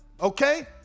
okay